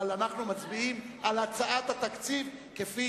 אבל אנחנו מצביעים על הצעת התקציב כפי